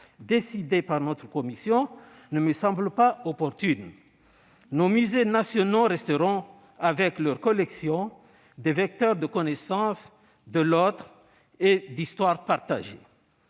décidée par notre commission, ne me semble pas opportune. Nos musées nationaux resteront, avec leurs collections, des vecteurs de connaissance de l'autre et d'histoire partagée.